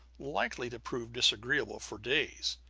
likely to prove disagreeable for days.